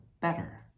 better